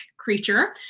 creature